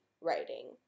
writing